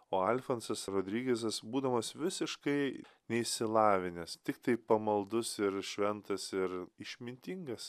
o alfonsas rodrigizas būdamas visiškai neišsilavinęs tiktai pamaldus ir šventas ir išmintingas